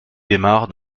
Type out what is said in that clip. démarre